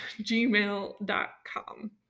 gmail.com